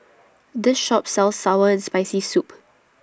This Shop sells Sour and Spicy Soup